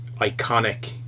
iconic